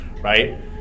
right